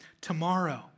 tomorrow